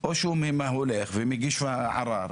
או שהוא מגיש ערר,